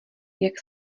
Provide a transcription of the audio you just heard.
jak